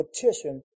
petition